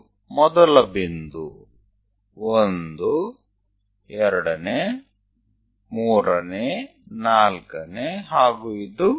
આ પહેલું બિંદુ બીજુ ત્રીજું ચોથું પાંચમું